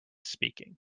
speaking